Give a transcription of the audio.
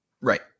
Right